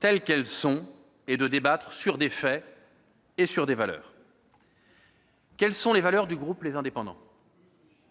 telles qu'elles sont et de débattre sur des faits et des valeurs. Et sur des chiffres aussi ! Quelles sont les valeurs du groupe Les Indépendants ?